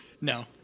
No